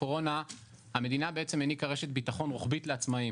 הקורונה המדינה בעצם העניקה רשת בטחון רוחבית לעצמאים,